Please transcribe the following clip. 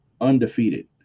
undefeated